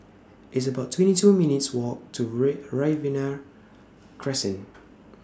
It's about twenty two minutes' Walk to Ray Riverina Crescent